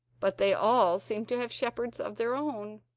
but they all seemed to have shepherds of their own,